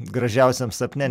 gražiausiam sapne